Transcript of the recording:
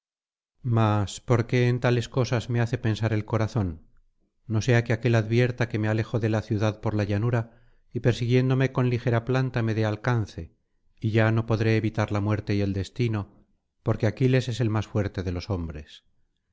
mas por qué en tales cosas me hace pensar el corazón no sea que aquél advierta que me alejo de la ciudad por la llanura y persiguiéndome con ligera planta me dé alcance y ya no podré evitar la muerte y el destino porque aquiles es el más fuerte de los hombres